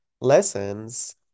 lessons